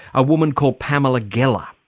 a woman called pamela geller.